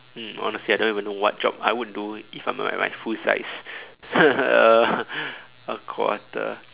hmm honestly I don't even what job I would do if I'm a at my full size a quarter